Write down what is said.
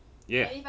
yeah